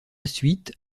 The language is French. suite